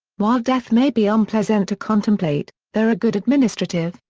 while death may be unpleasant to contemplate, there are good administrative,